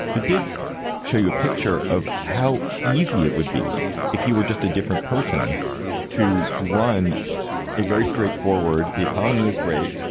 but did show you a picture of how easy it would be if you were just a different person to run a very straightforward. the economy is great.